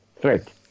threat